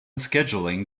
scheduling